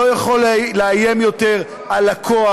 לא יכול לאיים יותר על לקוח.